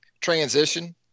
transition